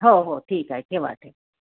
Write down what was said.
हो हो ठीक आहे ठेवते